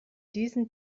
diesen